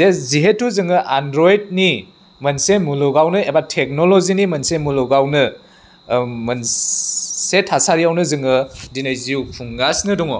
जे जिहेथु जोङो एन्ड्रइडनि मोनसे मुलुगावनो एबा टेक्न'ल'जिनि मोनसे मुलुगावनो मोनसे थासारियावनो जोङो दिनै जिउ खुंगासिनो दङ